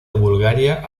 bulgaria